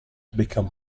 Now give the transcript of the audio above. become